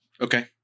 Okay